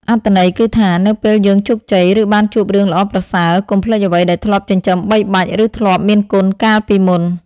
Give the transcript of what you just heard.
អត្ថន័យគឺថា នៅពេលយើងជោគជ័យ ឬបានជួបរឿងល្អប្រសើរ កុំភ្លេចអ្វីដែលធ្លាប់ចិញ្ចឹមបីបាច់ ឬធ្លាប់មានគុណកាលពីមុន។